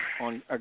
on